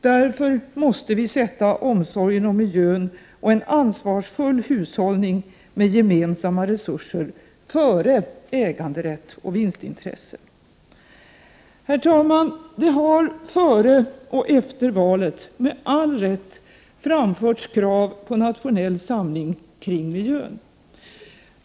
Vi måste därför sätta omsorgen om miljön och en ansvarsfull hushållning med gemensamma resurser före äganderätt och vinstintresse. Herr talman! Det har före och efter valet med all rätt framförts krav på nationell samling kring miljön.